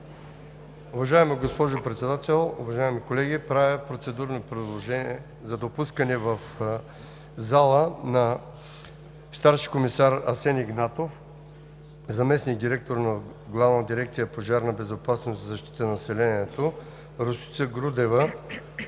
Уважаема госпожо Председател, уважаеми колеги! Правя процедурно предложение за допускане в залата на старши комисар Асен Игнатов – заместник-директор на Главна